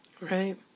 Right